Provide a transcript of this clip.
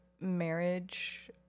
marriage